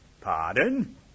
Pardon